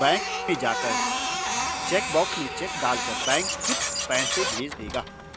bank में जाकर cheque box में चेक डाल कर बैंक चिप्स पैसे भेज देगा